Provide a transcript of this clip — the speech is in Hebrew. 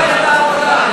אויבים.